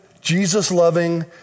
Jesus-loving